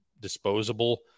disposable